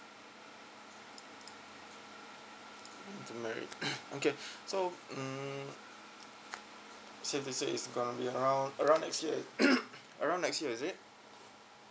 married okay so mm safe to say it's gonna be around around next year around next year is it